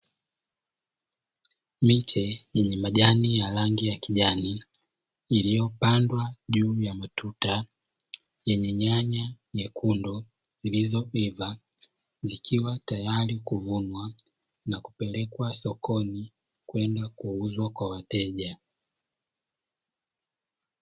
Miche yenye majani ya rangi ya kijani iliyopandwa juu ya matuta yenye nyanya nyekundu, zilizoiva zikiwa tayari kuvunwa na kupelekwa sokoni kwenda kuuzwa kwa wateja.